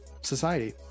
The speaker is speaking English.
society